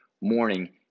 morning